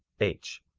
h.